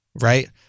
Right